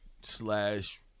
slash